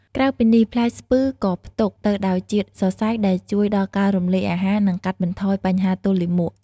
ក្រៅពីនេះ ផ្លែស្ពឺក៏ផ្ទុកទៅដោយជាតិសរសៃ ដែលជួយដល់ការរំលាយអាហារ និងកាត់បន្ថយបញ្ហាទល់លាមក។